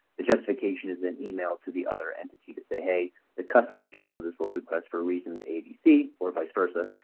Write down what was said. the justification is then emailed to the other entity to say hey the customers canceled this work request for reasons a, b, c or vice versa.